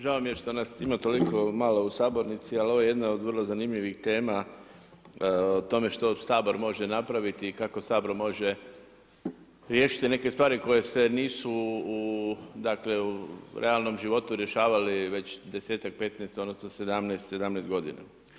Žao mi je što nas ima toliko malo u sabornici ali ovo je jedna od vrlo zanimljivih tema o tome što Sabor može napraviti i kako Sabor može riješiti neke stvari koje se nisu u realnom životu rješavale već 10-ak, 15, odnosno 17 godina.